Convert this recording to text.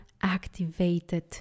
activated